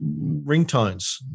ringtones